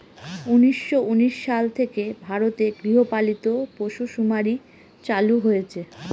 উনিশশো উনিশ সাল থেকে ভারতে গৃহপালিত পশুসুমারী চালু হয়েছে